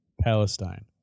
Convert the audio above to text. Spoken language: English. Palestine